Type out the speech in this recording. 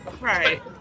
Right